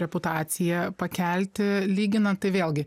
reputaciją pakelti lyginant tai vėlgi